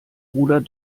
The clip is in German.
bruder